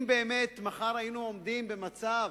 אם באמת מחר היינו עומדים במצב